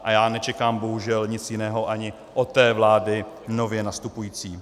A já nečekám bohužel nic jiného ani od té vlády nově nastupující.